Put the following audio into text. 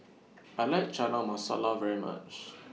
I like Chana Masala very much